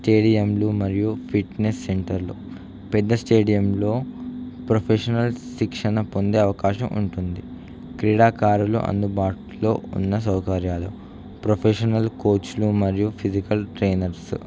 స్టేడియంలు మరియు ఫిట్నెస్ సెంటర్లు పెద్ద స్టేడియంలో ప్రొఫెషనల్ శిక్షణ పొందే అవకాశం ఉంటుంది క్రీడాకారులు అందుబాటులో ఉన్న సౌకర్యాలు ప్రొఫెషనల్ కోచ్లు మరియు ఫిజికల్ ట్రైనర్స్